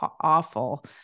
awful